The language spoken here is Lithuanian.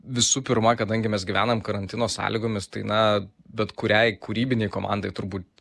visų pirma kadangi mes gyvenam karantino sąlygomis tai na bet kuriai kūrybinei komandai turbūt